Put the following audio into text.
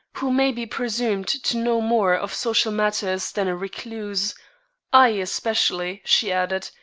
who may be presumed to know more of social matters than a recluse i, especially, she added,